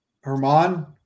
Herman